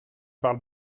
parle